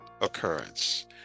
occurrence